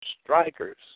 Strikers